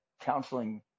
counseling